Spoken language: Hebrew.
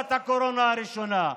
בתקופת הקורונה הראשונה.